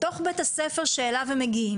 בתוך בית הספר שאליו הם מגיעים,